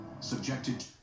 Subjected